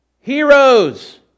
heroes